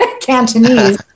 Cantonese